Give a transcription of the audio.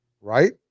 right